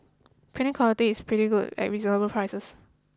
printing quality is pretty good at reasonable prices